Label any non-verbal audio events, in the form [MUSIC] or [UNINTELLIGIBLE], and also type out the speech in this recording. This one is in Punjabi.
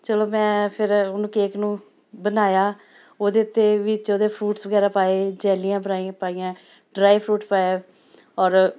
ਚਲੋ ਮੈਂ ਫਿਰ ਉਹਨੂੰ ਕੇਕ ਨੂੰ ਬਣਾਇਆ ਉਹਦੇ ਉੱਤੇ ਵਿੱਚ ਉਹਦੇ ਫੂਟਸ ਵਗੈਰਾ ਪਾਏ ਜੈਲੀਆਂ [UNINTELLIGIBLE] ਪਾਈਆਂ ਡਰਾਈ ਫਰੂਟ ਪਾਇਆ ਔਰ